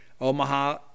Omaha